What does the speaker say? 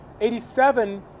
87